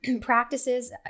practices